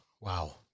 wow